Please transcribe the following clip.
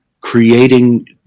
creating